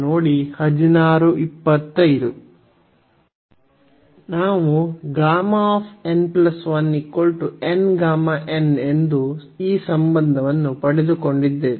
ನಾವು ಎಂದು ಈ ಸಂಬಂಧವನ್ನು ಪಡೆದುಕೊಂಡಿದ್ದೇವೆ